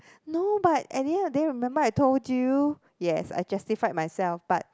no but at the end of the day remember I told you yes I justified myself but